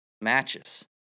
matches